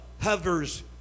hovers